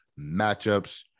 matchups